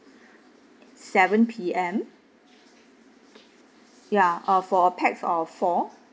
seven P_M ya uh for a pax of four